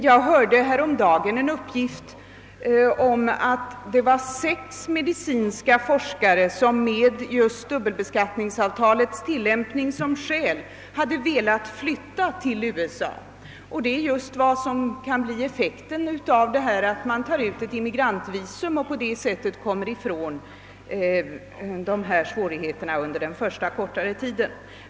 Jag fick häromdagen en uppgift om att sex medicinska forskare med dubbelbeskattningsavtalets tillämpning som skäl hade velat flytta till USA. Det är just vad som kan bli effekten av dessa regler: man tar ut emigrantvisum och kommer på det sättet ifrån svårigheterna under den första korta tiden.